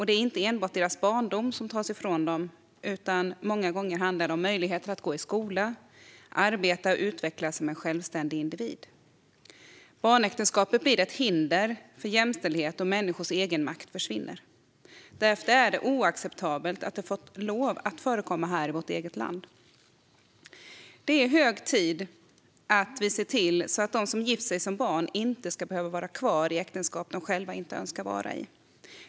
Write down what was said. Det är inte enbart deras barndom som tas ifrån dem, utan många gånger handlar det om möjligheten att gå i skolan, arbeta och utvecklas som en självständig individ. Barnäktenskapet blir ett hinder för jämställdhet, och människors egenmakt försvinner. Därför är det oacceptabelt att det har fått lov att förekomma här i vårt eget land. Det är hög tid att se till att de som gifter sig som barn inte ska behöva vara kvar i äktenskap de själva inte önskar vara i.